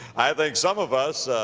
i think some of us, ah,